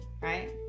Right